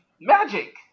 Magic